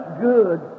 good